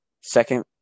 second